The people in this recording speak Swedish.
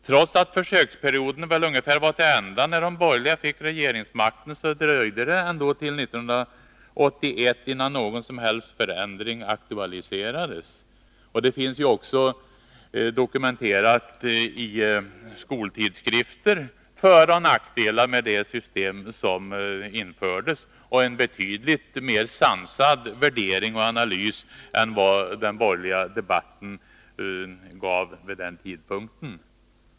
Trots att försöksperioden ungefärligen var till ända när de borgerliga fick regeringsmakten, dröjde det ända till 1981 innan någon som helst förändring aktualiserades. I skoltidskrifter finns det också dokumenterat föroch nackdelar med det system som infördes, och där finns också en betydligt mer sansad värdering och analys än vad den borgerliga debatten gav uttryck för vid denna tidpunkt.